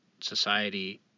society